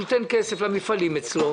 נותן כסף למפעלים אצלו,